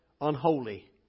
unholy